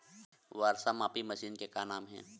वर्षा मापी मशीन के का नाम हे?